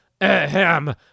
Ahem